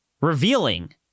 revealing